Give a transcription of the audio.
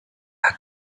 hat